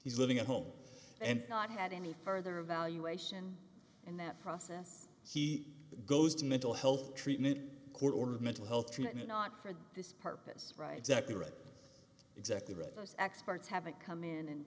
he's living at home and not had any further evaluation and that process he goes to mental health treatment court ordered mental health treatment not for this purpose right exactly right exactly right most experts haven't come in and